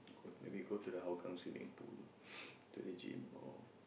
go maybe go to the Hougang swimming pool to the gym or